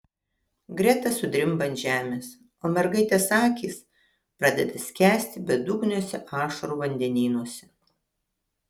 greta sudrimba ant žemės o mergaitės akys pradeda skęsti bedugniuose ašarų vandenynuose